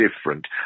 different